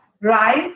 right